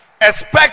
Expect